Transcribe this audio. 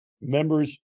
members